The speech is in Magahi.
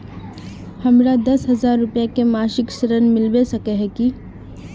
हमरा दस हजार रुपया के मासिक ऋण मिलबे सके है की?